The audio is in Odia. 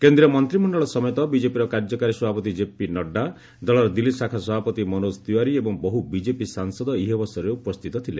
କେନ୍ଦ୍ରୀୟ ମନ୍ତ୍ରିମଣ୍ଡଳ ସମେତ ବିଜେପିର କାର୍ଯ୍ୟକାରୀ ସଭାପତି କେପି ନଡ୍ଜା ଦଳର ଦିଲ୍ଲୀ ଶାଖା ସଭାପତି ମନୋଜ ତିଓ୍ୱାରୀ ଏବଂ ବହୁ ବିଜେପି ସାଂସଦ ଏହି ଅବସରରେ ଉପସ୍ଥିତ ଥିଲେ